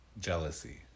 jealousy